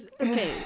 Okay